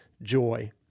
joy